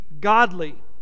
godly